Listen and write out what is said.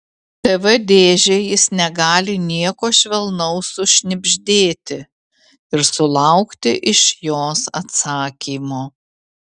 tv dėžei jis negali nieko švelnaus sušnibždėti ir sulaukti iš jos atsakymo